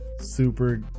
super